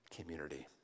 community